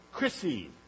Chrissy